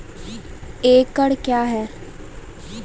एकड कया हैं?